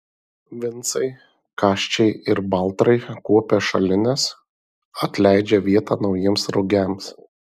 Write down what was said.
vincai kasčiai ir baltrai kuopia šalines atleidžia vietą naujiems rugiams